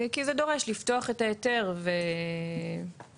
כי זה דורש לפתוח את ההיתר וזה כאב ראש גדול.